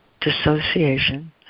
dissociation